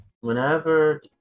whenever